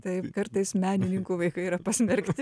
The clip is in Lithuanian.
taip kartais menininkų vaikai yra pasmerkti